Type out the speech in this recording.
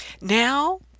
Now